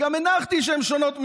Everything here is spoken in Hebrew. וגם הנחתי שהן שונות משלי.